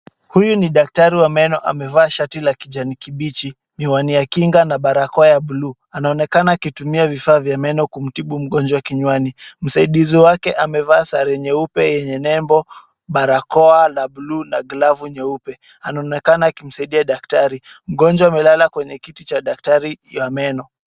Huyu ni daktari wa meno amevaa shati la kijani kibichi. Ni wa nia kinga na barakao ya buluu. Anaonekana akitumia vifaa vya meno kumtibu mgonjwa kinywani. Msaidizi wake amevaa sare nyeupe yenye nembo barakoa la buluu na glavu nyeupe. Anaonekana akimsaidia daktari. Mgonjwa amelala kwenye kiti cha daktari ya meno.